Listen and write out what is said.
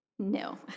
No